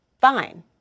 fine